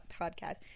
podcast